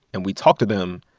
and we talked to them,